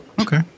Okay